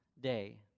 day